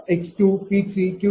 0082। 0